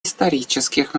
исторических